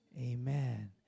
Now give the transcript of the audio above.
amen